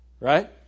Right